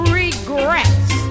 regrets